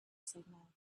signal